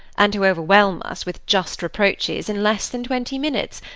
and to overwhelm us with just reproaches in less than twenty minutes,